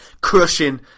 crushing